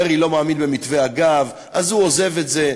דרעי לא מאמין במתווה הגז אז הוא עוזב את זה,